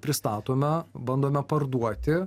pristatome bandome parduoti